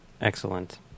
Excellent